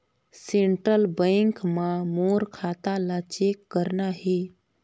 Central bank मां मोर खाता ला चेक करना हे?